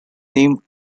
named